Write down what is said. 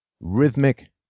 rhythmic